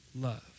love